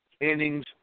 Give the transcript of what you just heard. innings